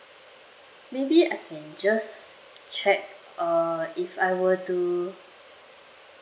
maybe I can just check uh if I were to